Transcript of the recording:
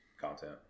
content